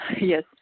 yes